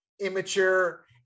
immature